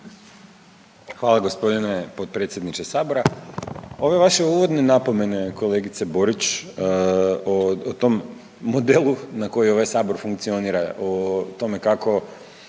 Hvala gospodine potpredsjedniče Sabora. Ove vaše uvodne napomene kolegice Borić, o tom modelu na koji ovaj Sabor funkcionira, o tome kako